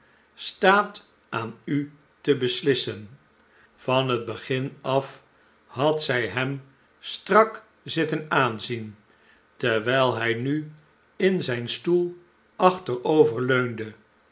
staat aan u te beslissen van het begin af had zij hem strak zitten aanzien terwijl hij nu in zijn stoel achterover leunde